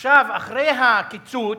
אחרי הקיצוץ,